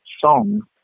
song